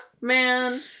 Man